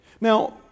Now